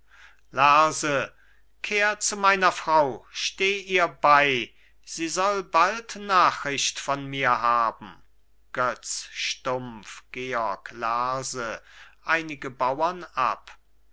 kehr zu meiner frau steh ihr bei sie soll bald nachricht von mir haben götz stumpf georg